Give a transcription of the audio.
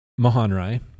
Mahanrai